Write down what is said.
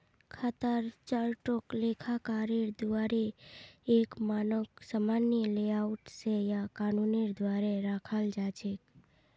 खातार चार्टक लेखाकारेर द्वाअरे एक मानक सामान्य लेआउट स या कानूनेर द्वारे रखाल जा छेक